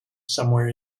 somewhere